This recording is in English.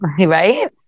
Right